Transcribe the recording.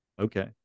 okay